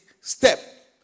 step